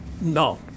No